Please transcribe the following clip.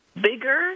bigger